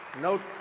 No